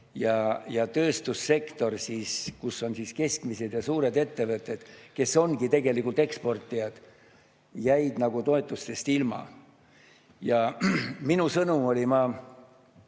aga tööstussektor, kus on keskmised ja suured ettevõtted, kes ongi tegelikult eksportijad, jäi toetustest ilma. Ja minu sõnum oli, ma